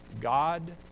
God